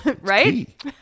right